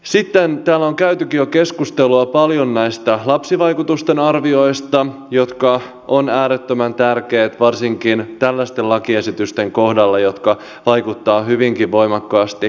sitten täällä on käytykin jo keskustelua paljon näistä lapsivaikutusten arvioista jotka ovat äärettömän tärkeitä varsinkin tällaisten lakiesitysten kohdalla jotka vaikuttavat hyvinkin voimakkaasti lapsiin